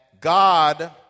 God